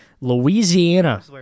Louisiana